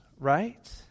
Right